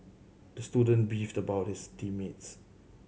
the student beefed about his team mates